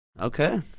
Okay